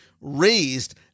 raised